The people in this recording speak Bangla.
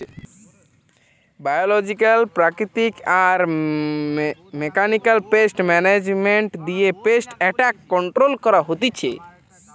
বায়লজিক্যাল প্রাকৃতিক আর মেকানিক্যাল পেস্ট মানাজমেন্ট দিয়ে পেস্ট এট্যাক কন্ট্রোল করা হতিছে